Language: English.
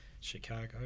Chicago